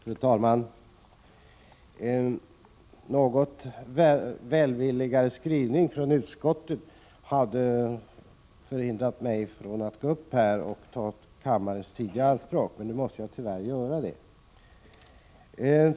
Fru talman! En något välvilligare skrivning från utskottet hade förhindrat mig från att gå uppi talarstolen och ta kammarens tid i anspråk. Nu måste jag tyvärr göra det.